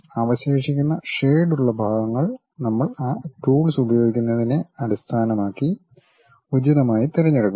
അവശേഷിക്കുന്ന ഷേഡുള്ള ഭാഗങ്ങൾ നമ്മൾ ആ ടൂൾസ് ഉപയോഗിക്കുന്നതിനെ അടിസ്ഥാനമാക്കി ഉചിതമായി തിരഞ്ഞെടുക്കുന്നു